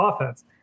offense